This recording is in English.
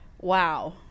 Wow